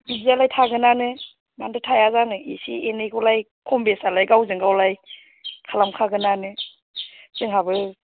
बिदियालाय थागोननानो मानथो थाया जानो इसे एनैखौलाय खम बेसालाय गावजों गावलाय खालाम खागोननानो जोंहाबो